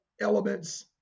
elements